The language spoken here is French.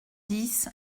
dix